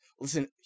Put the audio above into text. listen